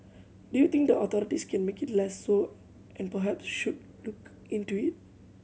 do you think the authorities can make it less so and perhaps should look into it